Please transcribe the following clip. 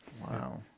wow